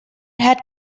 had